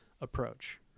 approach